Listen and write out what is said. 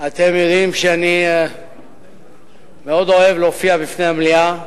אתם יודעים שאני מאוד אוהב להופיע בפני המליאה,